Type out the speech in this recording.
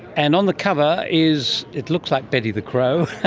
and on the cover is, it looks like betty the crow,